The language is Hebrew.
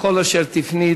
בכל אשר תפני,